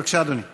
בבקשה, אדוני.